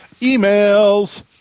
Emails